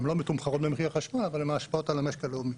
הן לא מתומחרות במחיר החשמל אבל הן ההשפעות על המשק הלאומי.